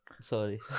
Sorry